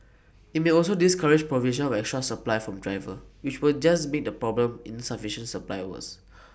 IT may also discourage provision of extra supply from drivers which will just make the problem insufficient supply worse